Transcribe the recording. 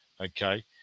Okay